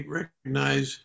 recognize